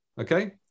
Okay